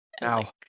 Now